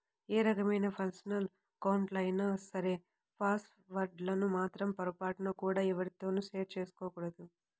ఏ రకమైన పర్సనల్ అకౌంట్లైనా సరే పాస్ వర్డ్ లను మాత్రం పొరపాటున కూడా ఎవ్వరితోనూ షేర్ చేసుకోకూడదు